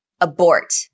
abort